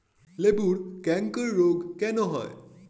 লেবুর ক্যাংকার রোগ কেন হয়?